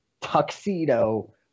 tuxedo